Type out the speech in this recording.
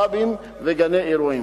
פאבים וגני אירועים.